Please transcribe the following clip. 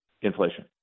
inflation